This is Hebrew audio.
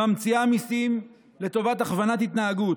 ממציאה מיסים לטובת הכוונת התנהגות,